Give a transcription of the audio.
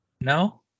No